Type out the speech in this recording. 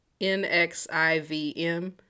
NXIVM